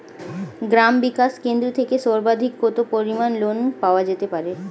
গ্রাম বিকাশ কেন্দ্র থেকে সর্বাধিক কত পরিমান লোন পাওয়া যেতে পারে?